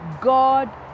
God